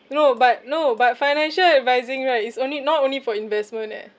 no but no but financial advising right is only not only for investment eh